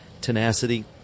tenacity